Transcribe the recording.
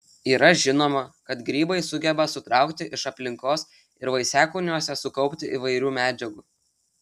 yra žinoma kad grybai sugeba sutraukti iš aplinkos ir vaisiakūniuose sukaupti įvairių medžiagų